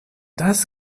das